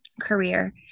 career